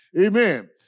amen